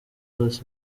bose